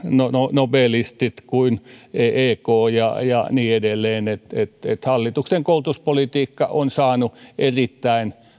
nobelistit kuin ek ja ja niin edelleen hallituksen koulutuspolitiikka on saanut erittäin